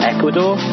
Ecuador